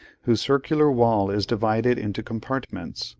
whose circular wall is divided into compartments,